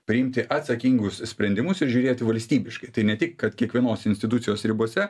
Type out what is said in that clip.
priimti atsakingus sprendimus ir žiūrėti valstybiškai tai ne tik kad kiekvienos institucijos ribose